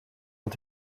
ont